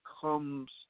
comes